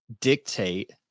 dictate